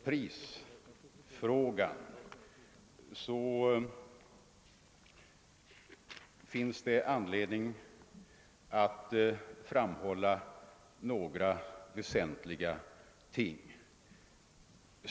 [ prisfrågan finns det anledning att framhålla några väsentliga synpunkter.